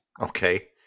okay